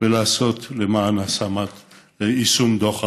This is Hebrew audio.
ולעשות למען יישום דוח העוני.